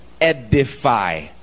edify